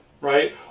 right